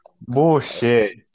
Bullshit